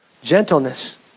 Gentleness